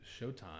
Showtime